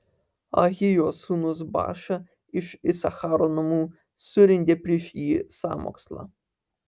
ahijos sūnus baša iš isacharo namų surengė prieš jį sąmokslą